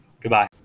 Goodbye